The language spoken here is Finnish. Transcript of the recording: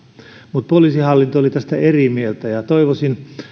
mutta poliisihallinto oli tästä eri mieltä toivoisin